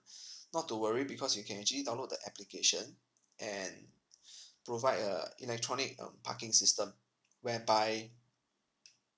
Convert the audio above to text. not to worry because you can actually download the application and provide a electronic um parking system whereby